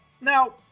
Now